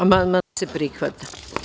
Amandman se prihvata.